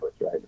right